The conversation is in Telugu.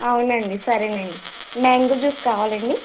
అవునండి సరేనండి మ్యాంగో జ్యూస్ కావాలాండి